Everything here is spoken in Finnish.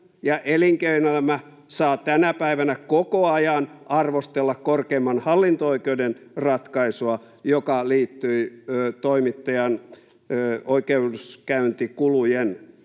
elinkeinoelämä saavat tänä päivänä koko ajan arvostella korkeimman hallinto-oikeuden ratkaisua, joka liittyi toimittajan oikeudenkäyntikulujen